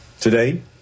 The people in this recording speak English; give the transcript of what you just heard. Today